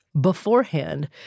beforehand